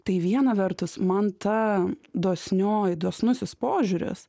tai viena vertus man ta dosnioji dosnusis požiūris